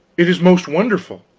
it is most wonderful.